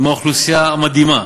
עם אוכלוסייה מדהימה,